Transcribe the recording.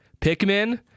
Pikmin